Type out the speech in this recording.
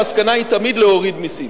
המסקנה היא תמיד להוריד מסים,